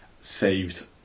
saved